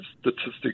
statistics